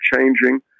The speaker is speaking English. changing